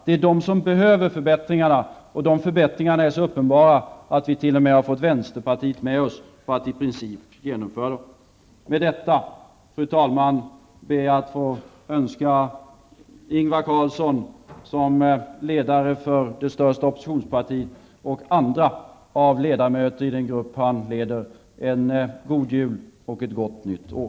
Det är de företagen som behöver förbättringarna, och de förbättringarna är så uppenbara att vi har t.o.m. fått vänsterpartiet med oss på att i princip genomföra dem. Fru talman! Med detta ber jag att få önska Ingvar Carlsson, som ledare för det största oppositionspartiet och andra ledamöter i den grupp han leder, en god jul och ett gott nytt år.